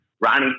Ronnie